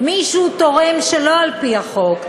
מישהו תורם שלא על-פי החוק,